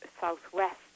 southwest